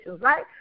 right